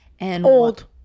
Old